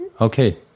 Okay